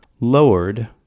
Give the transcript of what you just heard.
lowered